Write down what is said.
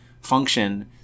function